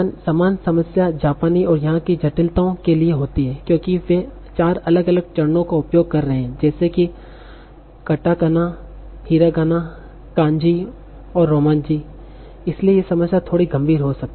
समान समस्या जापानी और यहाँ की जटिलताओं के लिए होती है क्योंकि वे चार अलग अलग चरणों का उपयोग कर रहे हैं जैसे कि कटकाना हीरागाना कांजी और रोमाजी इसलिए ये समस्याएं थोड़ी गंभीर हो जाती हैं